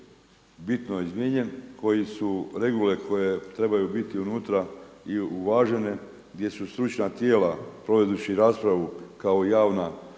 bitno izmijenjen, koje su regule koje trebaju biti unutra i uvažene, gdje su stručna tijela provedući raspravu kao javnost